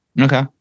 okay